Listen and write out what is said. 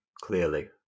clearly